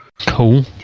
Cool